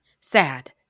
sad